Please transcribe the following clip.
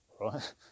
right